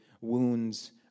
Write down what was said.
wounds